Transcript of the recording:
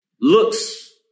looks